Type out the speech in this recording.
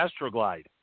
Astroglide